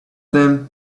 them